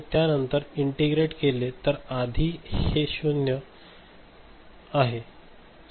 त्या नंतर इंटिग्रेट केले तर आधी हे 0 आहे